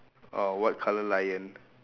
oh what colour lion